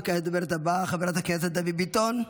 וכעת לדוברת הבאה, חברת הכנסת דבי ביטון,